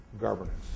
governance